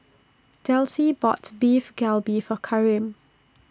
Delcie bought Beef Galbi For Karim